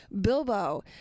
Bilbo